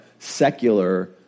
secular